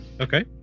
Okay